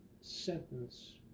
sentence